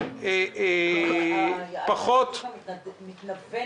--- האלטרנטיבה מתנוונת.